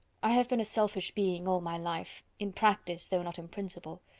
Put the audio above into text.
i have been a selfish being all my life, in practice, though not in principle.